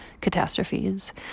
catastrophes